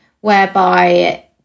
whereby